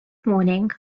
morning